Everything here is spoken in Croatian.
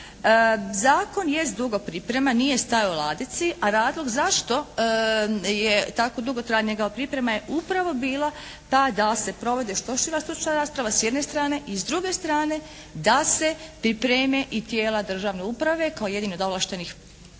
Zakon jest dugo pripreman, nije stajao u ladici. A razlog zašto je tako dugo trajala njegova priprema je upravo bila ta da se provede što šira stručna rasprava s jedne strane. I s druge strane da se pripreme i tijela državne uprave kao jedni od ovlaštenih